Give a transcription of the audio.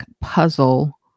puzzle